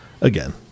Again